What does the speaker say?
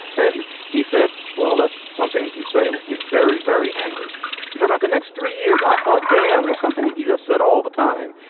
and he said well that's something that you say when you're very very angry and for about the next three years i thought damn well something that you just said all the time.